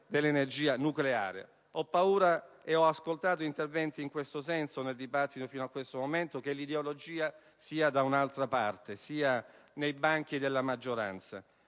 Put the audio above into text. dell'energia nucleare. Ho paura - e ho ascoltato interventi in questo senso nel dibattito svoltosi finora - che l'ideologia sia da un'altra parte, ossia nei banchi della maggioranza.